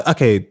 Okay